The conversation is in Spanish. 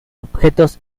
objetos